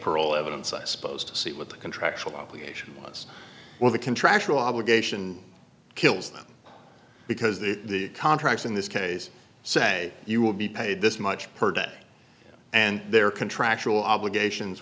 pearl evidence i suppose to see what the contractual obligation was when the contractual obligation kills them because the contracts in this case say you will be paid this much per day and their contractual obligations